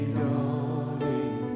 darling